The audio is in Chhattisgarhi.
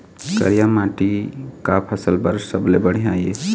करिया माटी का फसल बर सबले बढ़िया ये?